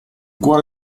cuore